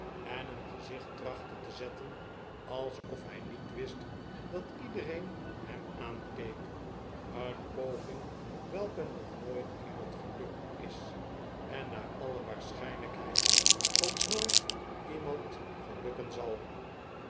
en een gezicht trachtte te zetten alsof hij niet wist dat iedereen hem aankeekj een poging welke nog nooit iemand gelukt is en naar alle waarschijnlijkheid ook nooit niemand gelukken zal